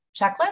checklist